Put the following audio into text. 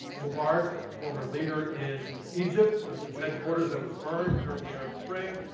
mubarak, former leader in egypt. that's his headquarters that was burned during the arab spring.